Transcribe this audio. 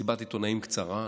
לקיים מסיבת עיתונאים קצרה,